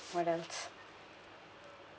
what else